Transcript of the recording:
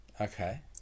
okay